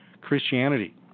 Christianity